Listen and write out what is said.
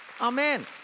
Amen